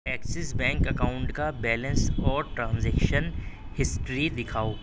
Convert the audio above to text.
Axis bank account کا balance اور transaction history دکھاؤ